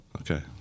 Okay